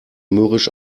mürrisch